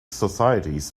societies